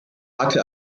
hatte